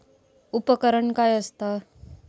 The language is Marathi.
उपकरण काय असता?